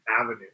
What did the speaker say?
Avenue